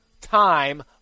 time